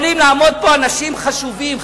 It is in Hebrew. יכולים לעמוד פה אנשים חשובים,